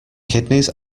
kidneys